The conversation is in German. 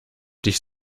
dich